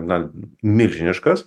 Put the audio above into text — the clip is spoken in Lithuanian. na milžiniškas